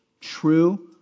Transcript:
true